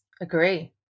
Agree